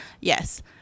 yes